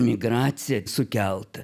migraciją sukeltą